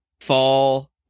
fall